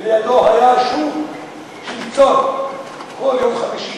ולידו היה שוק צאן בכל יום חמישי.